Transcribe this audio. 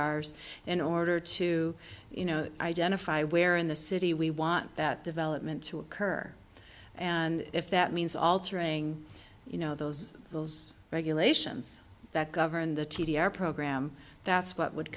r s in order to you know identify where in the city we want that development to occur and if that means altering you know those those regulations that govern the t d r program that's what would